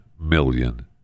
million